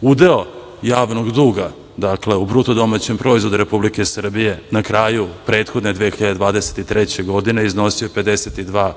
Udeo javnog duga u BDP Republike Srbije na kraju prethodne 2023. godine iznosio je 52,3%